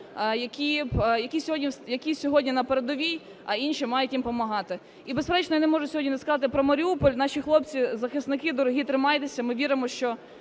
які сьогодні на передовій, а інші мають їм помагати. І, безперечно, я не можу сьогодні не сказати про Маріуполь. Наші хлопці захисники дорогі, тримайтеся. Ми віримо, що